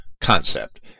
concept